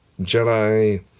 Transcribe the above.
Jedi